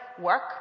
work